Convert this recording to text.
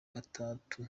gatatu